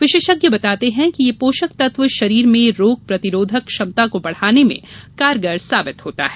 विशेषज्ञ बताते है कि यह पोषक तत्व शरीर में रोग प्रतिरोधक क्षमता को बढ़ाने मैं कारगर साबित होता है